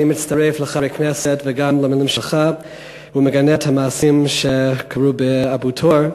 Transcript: אני מצטרף לחברי הכנסת וגם למילים שלך ומגנה את המעשים שקרו באבו-תור,